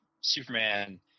Superman